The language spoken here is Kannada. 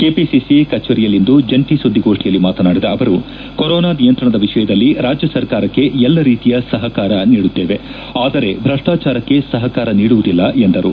ಕೆಪಿಸಿಸಿ ಕಚೇರಿಯಲ್ಲಿಂದು ಜಂಟಿ ಸುಧ್ಗೋಷ್ಠಿಯಲ್ಲಿ ಮಾತನಾಡಿದ ಅವರು ಕೊರೊನಾ ನಿಯಂತ್ರಣದ ವಿಷಯದಲ್ಲಿ ರಾಜ್ಯ ಸರ್ಕಾರಕ್ಕೆ ಎಲ್ಲ ರೀತಿಯ ಸಹಕಾರ ನೀಡುತ್ತೇವೆ ಆದರೆ ಭ್ರಷ್ಟಾಚಾರಕ್ಕೆ ಸಹಕಾರ ನೀಡುವುದಿಲ್ಲ ಎಂದರು